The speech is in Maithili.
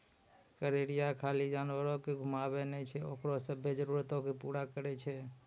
गरेरिया खाली जानवरो के घुमाबै नै छै ओकरो सभ्भे जरुरतो के पूरा करै छै